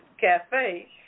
Cafe